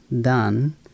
done